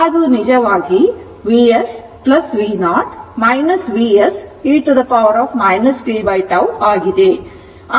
ಆದ್ದರಿಂದ ಅದು ನಿಜವಾಗಿ Vs v0 Vs e t tτ ಆಗಿದೆ